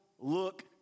Look